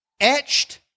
etched